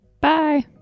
Bye